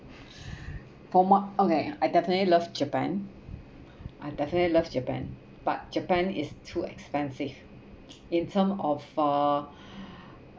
for m~ okay I definitely love japan I definitely love japan but japan is too expensive in terms of uh